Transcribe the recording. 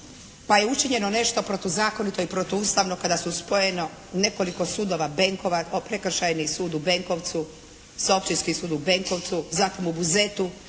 pa je učinjeno nešto protuzakonito i protuustavno kada su spojeno nekoliko sudova Benkova, Prekršajni sud u Benkovcu, sa Općinskim sud u Benkovcu, zatim u Buzetu,